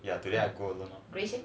ya today I go alone lor